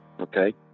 okay